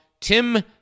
Tim